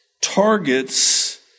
targets